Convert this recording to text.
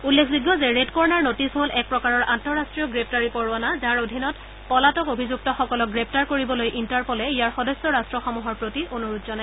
উল্লেখযোগ্য যে red corner notice হল এক প্ৰকাৰৰ আন্তঃৰাষ্ট্ৰীয় গ্ৰেগুাৰী পৰোৱানা যাৰ অধীনত পলাতক অভিযুক্তসকলক গ্ৰেপ্তাৰ কৰিবলৈ ইণ্টাৰপলে ইয়াৰ সদস্য ৰাষ্ট্ৰসমূহক অনুৰোধ জনায়